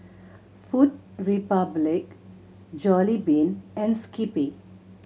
Food Republic Jollibean and Skippy